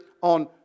on